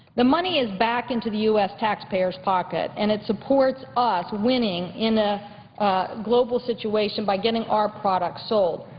the money is back into the u s. taxpayers' pocket and it supports us winning in a global situation by getting our products sold.